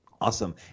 Awesome